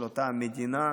של אותה המדינה.